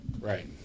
right